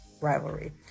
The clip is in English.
rivalry